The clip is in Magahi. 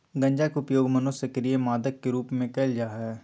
गंजा के उपयोग मनोसक्रिय मादक के रूप में कयल जा हइ